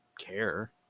care